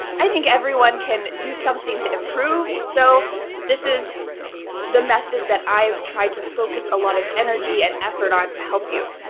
i think everyone can do something to improve. so this is the method that i've tried to focus a lot of energy and effort on to help you.